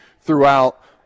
throughout